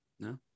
No